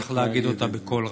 צריך להגיד אותה בקול רם.